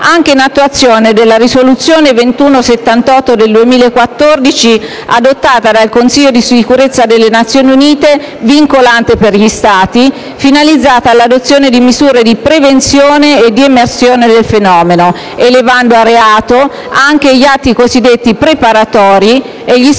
anche in attuazione della risoluzione n. 2178 del 2014, adottata dal Consiglio di sicurezza delle Nazioni Unite, vincolante per gli Stati, finalizzata all'adozione di misure di prevenzione e di emersione del fenomeno, elevando a reato anche gli atti cosiddetti preparatori e gli spostamenti